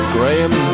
Graham